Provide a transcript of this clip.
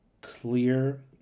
clear